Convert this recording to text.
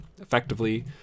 effectively